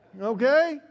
Okay